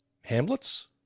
Hamlets